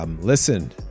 Listen